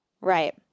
Right